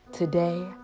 Today